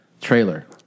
trailer